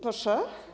Proszę?